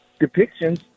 depictions